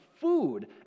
food